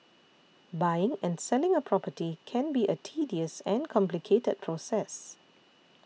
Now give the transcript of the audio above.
buying and selling a property can be a tedious and complicated process